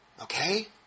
Okay